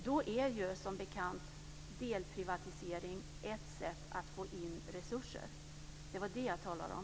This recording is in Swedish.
Då är som bekant delprivatisering ett sätt att få in resurser. Det var det jag talade om.